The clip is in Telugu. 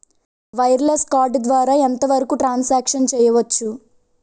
వైర్లెస్ కార్డ్ ద్వారా ఎంత వరకు ట్రాన్ సాంక్షన్ చేయవచ్చు?